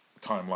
timeline